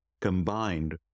combined